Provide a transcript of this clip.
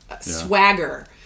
swagger